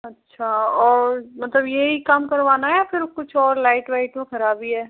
अच्छा और मतलब यही काम करवाना है या फिर कुछ और लाइट वाइट में खराबी है